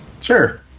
Sure